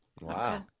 Wow